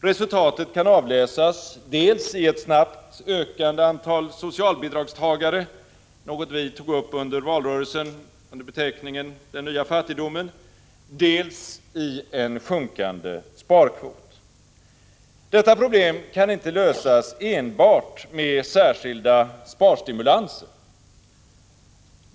Resultatet kan avläsas dels i ett snabbt ökande antal socialbidragstagare, något som vi under valrörelsen tog upp under beteckningen den nya fattigdomen, dels i en sjunkande sparkvot. Detta problem kan inte lösas enbart med särskilda sparstimulanser.